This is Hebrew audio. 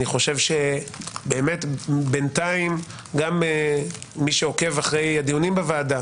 אני חושב שבאמת בינתיים גם מי שעוקב אחר הדיונים בוועדה